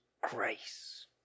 grace